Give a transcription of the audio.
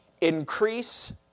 increase